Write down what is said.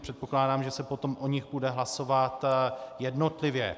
Předpokládám, že se potom o nich bude hlasovat jednotlivě.